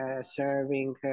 serving